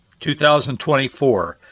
2024